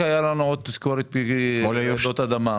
אתמול הייתה לנו עוד תזכורת לרעידות אדמה.